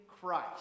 Christ